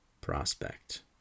prospect